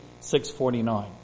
649